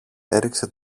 έριξε